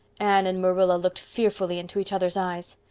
anne and marilla looked fearfully into each other's eyes.